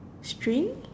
string